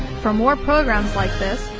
for more programs like this,